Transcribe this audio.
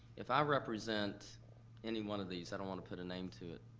if i represent any one of these, i don't want to put a name to it.